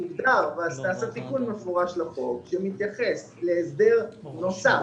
נעשה תיקון מפורש בחוק שמתייחס להסדר נוסף,